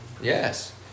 Yes